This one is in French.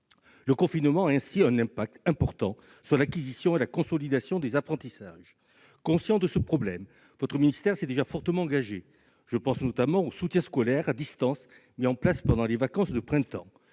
le confinement a une incidence importante sur l'acquisition et la consolidation des apprentissages. Conscient de ce problème, votre ministère s'est déjà fortement engagé. Je pense notamment au soutien scolaire à distance mis en place pendant les vacances de printemps.